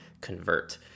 convert